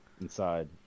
Inside